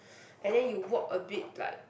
and then you walk a bit like